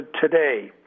today